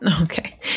Okay